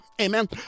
amen